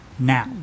Now